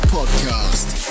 podcast